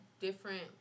different